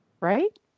Right